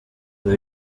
uyu